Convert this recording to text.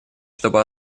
чтобы